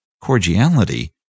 cordiality